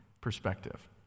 perspective